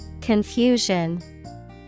Confusion